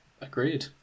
agreed